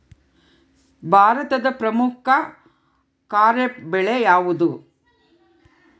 ಭಾರತದ ಪ್ರಮುಖ ಖಾರೇಫ್ ಬೆಳೆ ಯಾವುದು?